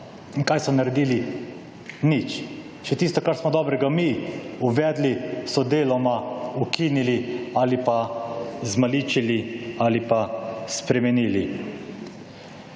in kaj so naredili? Nič. Še tisto, kar smo dobrega mi uvedli, so deloma ukinili ali pa zmaličili ali pa spremenili.